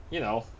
you know